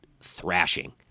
thrashing